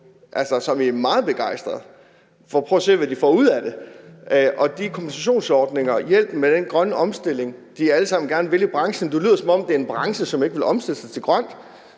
det på med de 50-øre, for prøv at se på, hvad de får ud af det, og på kompensationsordningerne og hjælpen med den grønne omstilling, de alle sammen gerne vil i branchen. Du får det til at lyde, som om det er en branche, som ikke vil omstille sig til at